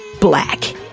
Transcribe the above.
black